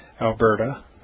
Alberta